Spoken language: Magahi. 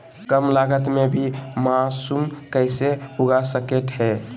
कम लगत मे भी मासूम कैसे उगा स्केट है?